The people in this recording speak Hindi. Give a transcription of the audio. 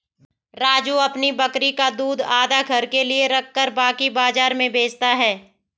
राजू अपनी बकरी का दूध आधा घर के लिए रखकर बाकी बाजार में बेचता हैं